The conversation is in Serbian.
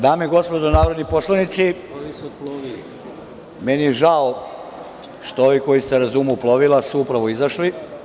Dame i gospodo narodni poslanici, meni je žao što ovi koji se razumeju u plovila su upravo izašli.